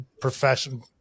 profession